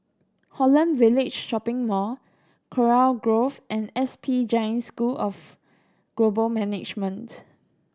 Holland Village Shopping Mall Kurau Grove and S P Jain School of Global Management